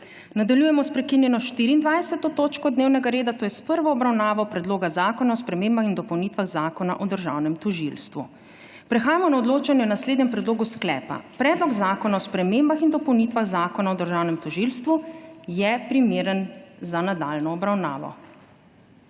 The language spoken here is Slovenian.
Nadaljujemo sprekinjeno 23. točko dnevnega reda, to je s prvo obravnavo Predloga zakona o spremembah in dopolnitvah Zakona o medijih. Odločamo o naslednjem predlogu sklepa: Predlog zakona o spremembah in dopolnitvah Zakona o medijih je primeren za nadaljnjo obravnavo.